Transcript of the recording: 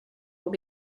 will